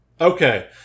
Okay